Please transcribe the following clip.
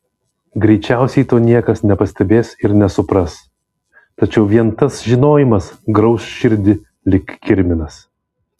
greičiausiai to niekas nepastebės ir nesupras tačiau vien tas žinojimas grauš širdį lyg kirminas